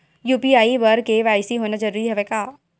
UPI बर KYC होना जरूरी हवय का?